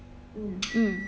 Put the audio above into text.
hmm